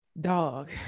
dog